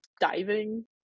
diving